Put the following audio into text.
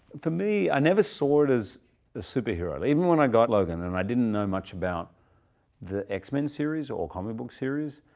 for me, i never saw it as a superhero. even when i got logan, and i didn't know much about the x-men series, or comic book series,